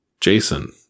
Jason